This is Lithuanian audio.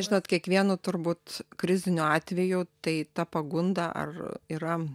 žinot kiekvienu turbūt kriziniu atveju tai ta pagunda ar yra